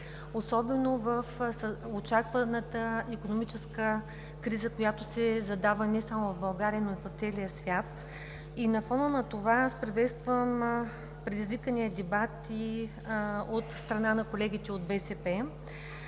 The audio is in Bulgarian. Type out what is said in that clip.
особено в очакваната икономическа криза, която се задава не само в България, но и по целия свят – на фона на това аз приветствам предизвикания дебат и от страна на колегите от БСП.